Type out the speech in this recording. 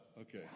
Okay